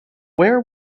where